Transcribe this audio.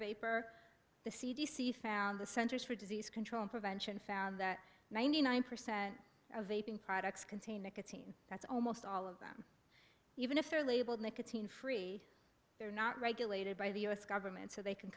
vapor the c d c found the centers for disease control and prevention found that ninety nine percent of even products containing that's almost all of them even if they're labeled nicotine free they're not regulated by the u s government so they can